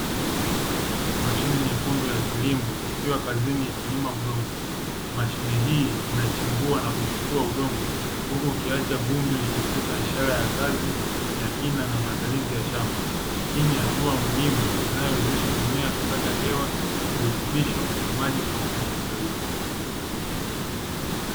Mashine nyekundu ya kilimo ikiwa kazini ikilima udongo mashine hii inachimbua na kutifua udongo uku ikiacha vumbi likitifuka ishara ya kazi ya kina na maandalizi ya shamba hii ni hatua muhimu inayowezesha mimea kupata hewa, virutubisho na maji kwa ufanisi zaidi.